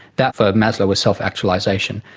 that for maslow was self-actualisation.